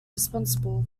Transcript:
responsible